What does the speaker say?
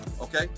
Okay